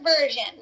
version